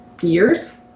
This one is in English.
years